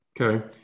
Okay